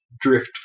drift